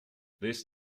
this